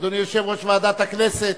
אדוני יושב-ראש ועדת הכנסת,